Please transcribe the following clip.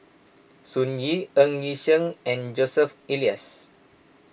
Sun Yee Ng Yi Sheng and Joseph Elias